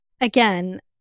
again